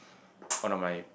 one of my